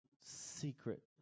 secret